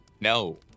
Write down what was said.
No